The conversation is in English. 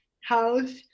house